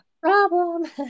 problem